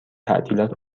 تعطیلات